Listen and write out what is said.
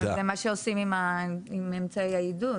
אבל זה מה שעושים עם אמצעי העידוד.